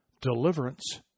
deliverance